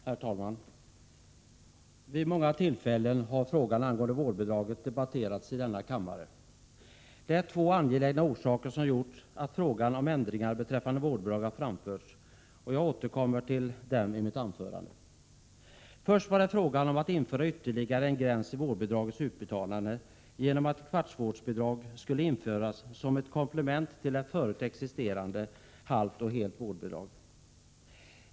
Herr talman! Vid många tillfällen har frågan om vårdbidrag debatterats i denna kammare. Det finns två goda skäl till att ändringar beträffande vårdbidragen har föreslagits, och jag återkommer till dem i mitt anförande. Först var det fråga om att införa ytterligare en gräns när det gäller vårdbidragets utbetalande genom att ett kvarts vårdbidrag skulle införas som ett komplement till förut existerande halvt och helt vårdbidrag.